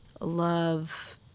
love